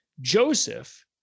Joseph